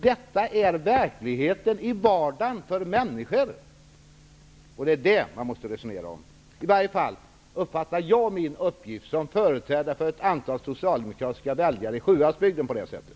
Detta är verkligheten i vardagen för människor. Det är det man måste resonera om. I varje fall uppfattar jag min uppgift som företrädare för ett antal socialdemokratiska väljare i Sjuhäradsbygden på det sättet.